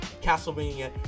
Castlevania